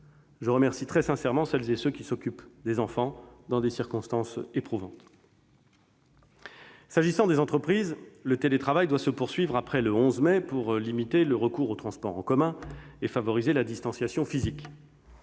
Je remercie très sincèrement celles et ceux qui s'occupent des enfants dans ces circonstances éprouvantes. S'agissant des entreprises, le télétravail doit se poursuivre après le 11 mai pour limiter le recours aux transports en commun et favoriser la distanciation physique.